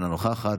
אינה נוכחת,